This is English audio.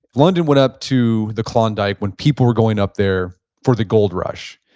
london went up to the klondike when people were going up there for the gold rush.